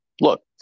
look